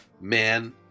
man